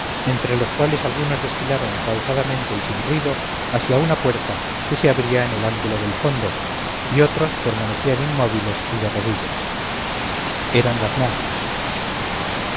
entre los cuales algunos desfilaron pausadamente y sin ruido hacia una puerta que se abría en el ángulo del fondo y otros permanecían inmóviles y de rodillas eran las monjas